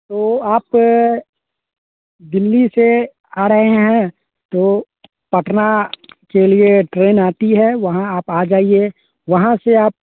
तो आप दिल्ली से आ रहे हैं तो पटना के लिए ट्रेन आती है वहाँ आप आ जाइए वहाँ से आप